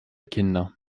kinder